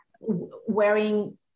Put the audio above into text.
wearing